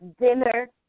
dinner